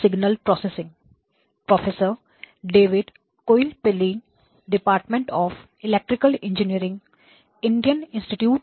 सुप्रभात हम लेक्चर 19 प्रारंभ करते हैं